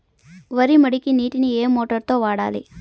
వరి మడికి నీటిని ఏ మోటారు తో వాడాలి?